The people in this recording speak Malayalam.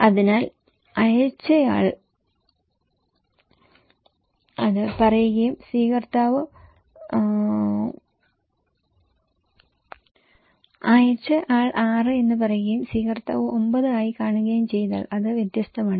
അതിനാൽ അയച്ചയാൾ 6 എന്ന് പറയുകയും സ്വീകർത്താവ് 9 ആയി കാണുകയും ചെയ്താൽ അത് വ്യത്യസ്തമാണ്